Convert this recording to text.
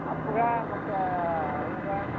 ಅಪ್ಪಗ ಮತ್ತು ಅವ್ವಗೆ